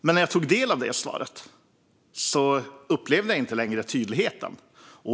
Men när jag tog del av svaret upplevde jag inte längre den tydligheten.